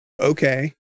okay